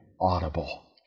audible